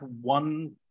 one